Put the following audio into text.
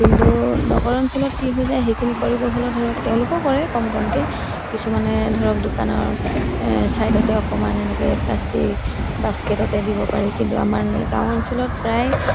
কিন্তু নগৰ অঞ্চলত কি হৈ যায় সেইখিনি কৰিব হ'লেও ধৰক তেওঁলোকো কৰে কম কমকৈ কিছুমানে ধৰক দোকানৰ ছাইডতে অকণমান এনেকৈ প্লাষ্টিক বাস্কেটতে দিব পাৰি কিন্তু আমাৰ গাঁও অঞ্চলত প্ৰায়